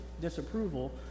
disapproval